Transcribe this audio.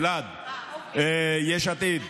ולאד, יש עתיד.